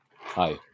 Hi